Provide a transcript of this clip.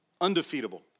Undefeatable